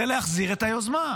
זה להחזיר את היוזמה.